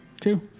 Two